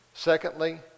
Secondly